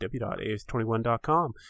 www.as21.com